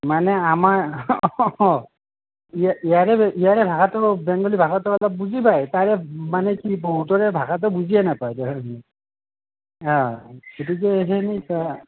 মানে আমাৰ অঁ ইয়াৰ ইয়াৰে ইয়াৰে ভাষাটো বেংগলি ভাষাটো অলপ বুজি পায় তাৰে মানে কি বহুতৰে ভাষাটো বুজিয়ে নাপায় অঁ সেইটোকে